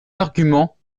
arguments